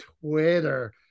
Twitter